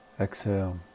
exhale